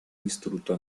distrutto